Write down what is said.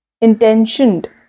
intentioned